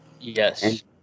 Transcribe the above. Yes